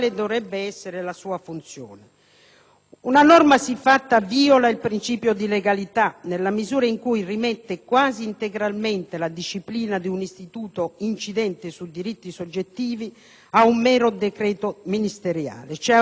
Una norma siffatta viola il principio di legalità nella misura in cui rimette quasi integralmente la disciplina di un istituto incidente su diritti soggettivi a un mero decreto ministeriale, cioè a un provvedimento amministrativo,